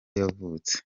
yavutse